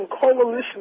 coalition